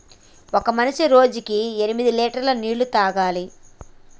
ఒక మనిషి రోజుకి ఎనిమిది లీటర్ల నీళ్లు తాగాలి